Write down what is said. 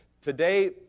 today